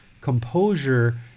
composure